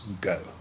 go